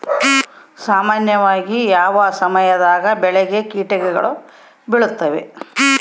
ಸಾಮಾನ್ಯವಾಗಿ ಯಾವ ಸಮಯದಾಗ ಬೆಳೆಗೆ ಕೇಟಗಳು ಬೇಳುತ್ತವೆ?